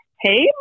hey